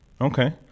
Okay